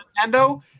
Nintendo